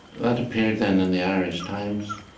that appeared then in the irish times